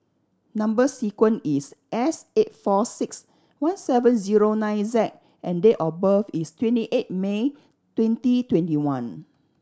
number sequence is S eight four six one seven zero nine Z and date of birth is twenty eight May twenty twenty one